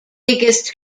biggest